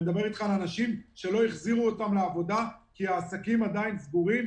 אני מדבר אתך על אנשים שלא החזירו אותם לעבודה כי העסקים עדיין סגורים,